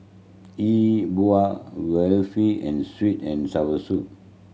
E Bua waffle and sweet and sour fish